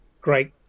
great